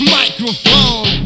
microphone